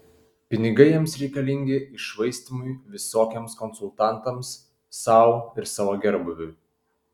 pinigai jiems reikalingi iššvaistymui visokiems konsultantams sau ir savo gerbūviui